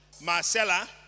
Marcella